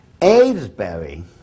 Avesbury